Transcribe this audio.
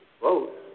vote